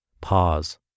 pause